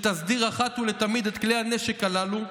תסדיר אחת ולתמיד את כלי הנשק הללו,